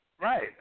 Right